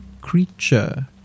creature